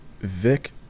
Vic